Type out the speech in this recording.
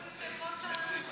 נמצא כאן יושב-ראש הקואליציה.